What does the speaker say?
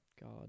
God